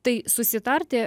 tai susitarti